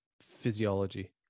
physiology